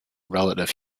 relative